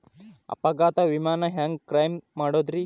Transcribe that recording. ಅಪಘಾತ ವಿಮೆನ ಹ್ಯಾಂಗ್ ಕ್ಲೈಂ ಮಾಡೋದ್ರಿ?